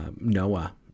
noah